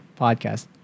podcast